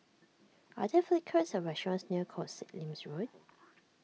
are there food courts or restaurants near Koh Sek Lim's Road